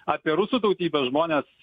apie rusų tautybės žmones